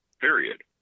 Period